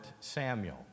Samuel